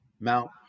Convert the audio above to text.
Mount